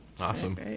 Awesome